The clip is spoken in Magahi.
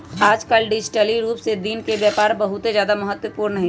आजकल डिजिटल रूप से दिन के व्यापार बहुत ज्यादा महत्वपूर्ण हई